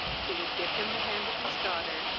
he would give him the hand of his daughter,